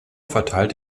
verteilt